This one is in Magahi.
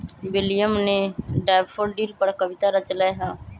विलियम ने डैफ़ोडिल पर कविता रच लय है